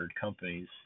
companies